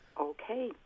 Okay